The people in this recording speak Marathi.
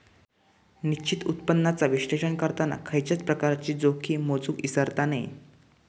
निश्चित उत्पन्नाचा विश्लेषण करताना खयच्याय प्रकारची जोखीम मोजुक इसरता नये